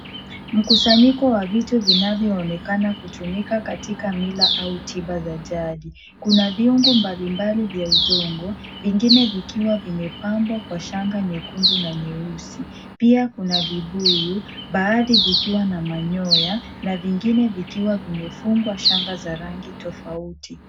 Mkusanyiko wa vitu vinavyo onekana kutumika katika mila au tiba za jadi. Kuna vyungu mbalimbali vya udongo, vingine vikiwa vimepambwa kwa shanga nyekundu na nyeusi. Pia kuna vibuyu, baadhi vikiwa na manyoya na vingine vikiwa vimefungwa shanga za rangi tofauti.